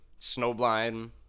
Snowblind